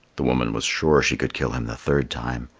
the woman was sure she could kill him the third time.